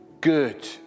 good